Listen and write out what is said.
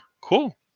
cool